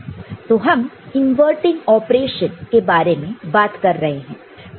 तो हम inverting operation के बारे में बात कर रहे हैं